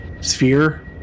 sphere